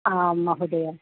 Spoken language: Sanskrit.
आं महोदय